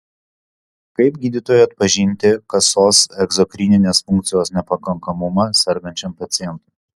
kaip gydytojui atpažinti kasos egzokrininės funkcijos nepakankamumą sergančiam pacientui